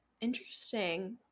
interesting